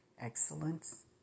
excellence